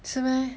是 meh